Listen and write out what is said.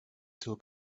too